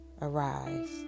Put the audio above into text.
Arise